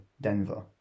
Denver